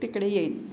तिकडे येईन